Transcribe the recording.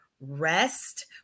rest